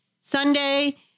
Sunday